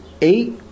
eight